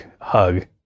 hug